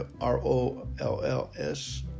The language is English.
R-O-L-L-S